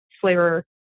flavor